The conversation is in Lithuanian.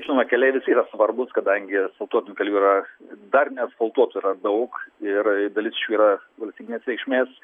žinoma kelelis yra svarbus kadangi asfaltuotų kelių yra dar neasfaltuotų yra daug ir dalis iš jų yra valstybinės reikšmės